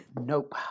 nope